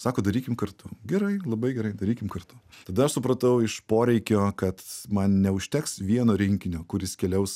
sako darykim kartu gerai labai gerai darykim kartu tada aš supratau iš poreikio kad man neužteks vieno rinkinio kuris keliaus